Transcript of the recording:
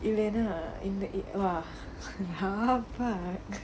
இல்லனா இந்த:illanaa intha !wah! fuck